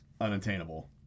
unattainable